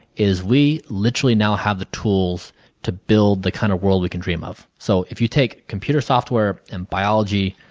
is we literally now have the tools to build the kind of world we can dream of. so, if you take computer software and biology,